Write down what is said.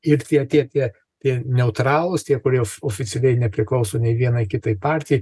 ir tie tie tie tie neutralūs tie kurie oficialiai nepriklauso nei vienai kitai partijai